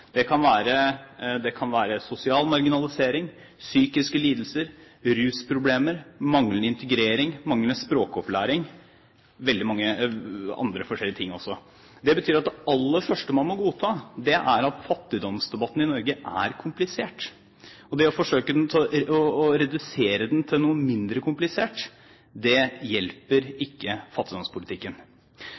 Det kan være sosial marginalisering, psykiske lidelser, rusproblemer, manglende integrering, manglende språkopplæring og veldig mange andre forskjellige ting. Det betyr at det aller første man må godta, er at fattigdomsdebatten i Norge er komplisert. Det å forsøke å redusere den til noe mindre komplisert, hjelper ikke fattigdomspolitikken.